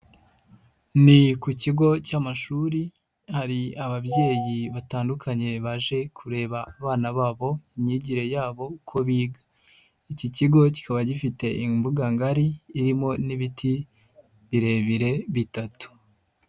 Ni ku kigo cy'amashuri, hari ababyeyi batandukanye baje kureba abana babo, imyigire yabo uko biga. Iki kigo kikaba gifite imbuga ngari, irimo n'ibiti birebire bitatu.